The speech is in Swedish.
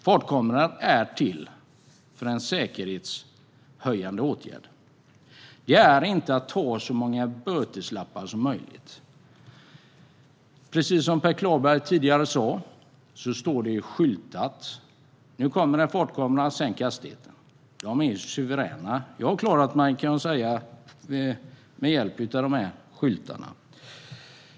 Fartkameror är en säkerhetshöjande åtgärd. Det handlar inte om att få in så mycket böter som möjligt. Precis som Per Klarberg sa står det skyltat var fartkamerorna är, så att man kan sänka hastigheten. De är suveräna. Jag har klarat mig med hjälp av skyltarna, kan jag säga.